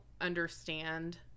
understand